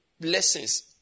blessings